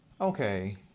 Okay